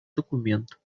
документ